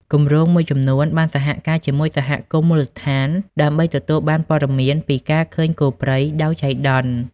គម្រោងមួយចំនួនបានសហការជាមួយសហគមន៍មូលដ្ឋានដើម្បីទទួលបានព័ត៌មានពីការឃើញគោព្រៃដោយចៃដន្យ។